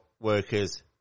Workers